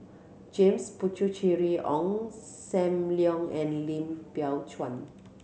James Puthucheary Ong Sam Leong and Lim Biow Chuan